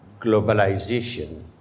globalization